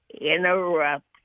interrupt